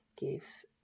gives